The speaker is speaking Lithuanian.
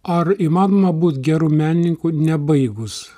ar įmanoma būt geru menininku nebaigus